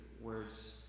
words